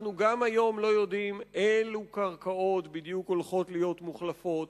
אנחנו גם היום לא יודעים אילו קרקעות בדיוק הולכות להיות מוחלפות